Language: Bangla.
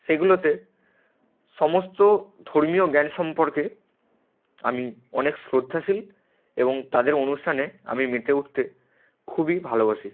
সেগুলোতে সমস্ত ধর্মীয় জ্ঞান সম্পর্কে আমি অনেক শ্রদ্ধাশীল এবং তাদের অনুষ্ঠানে আমি মেতে উঠতে খুবই ভালোবাসি